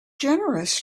generous